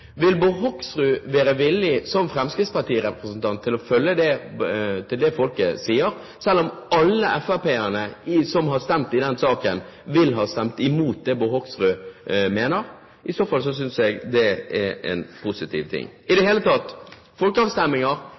vil Bård Hoksrud, som fremskrittspartirepresentant, være villig til å følge det folk sier, selv om alle FrP-ere som har stemt i den saken, har stemt imot? I så fall syns jeg det er positivt. I det hele tatt: Folkeavstemninger